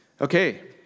Okay